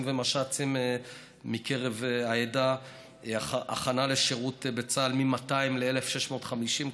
ומש"צים מקרב העדה; הכנה לשירות בצה"ל מ-200 ל-1,650,